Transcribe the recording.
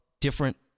different